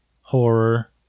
horror